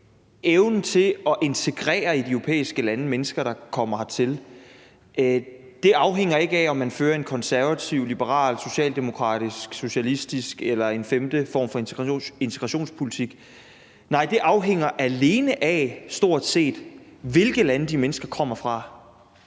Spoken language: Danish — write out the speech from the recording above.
lande til at integrere mennesker, der kommer hertil, ikke afhænger af, om man fører en konservativ, liberal, socialdemokratisk, socialistisk eller en femte form for integrationspolitik. Nej, det afhænger alene af, stort set, hvilke lande de mennesker kommer fra.